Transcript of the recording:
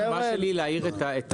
העבודה שלי היא להאיר --- איתי,